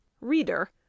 READER